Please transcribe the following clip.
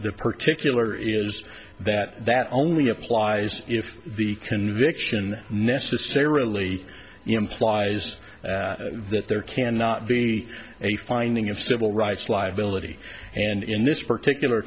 e particular is that that only applies if the conviction necessarily implies that there cannot be a finding of civil rights liability and in this particular